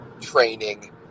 training